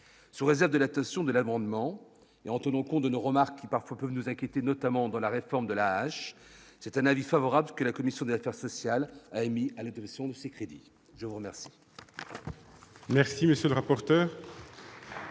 sous réserve de l'attention de l'amendement et en tenons compte de nos remarques qui parfois peuvent nous inquiéter, notamment dans la réforme de l'âge, c'est un avis favorable, que la commission des affaires sociales a émis à la direction de ces crédits, je vous remercie.